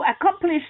accomplish